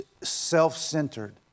Self-centered